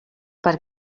per